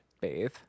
bathe